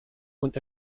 und